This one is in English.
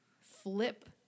flip